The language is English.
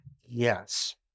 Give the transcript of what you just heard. yes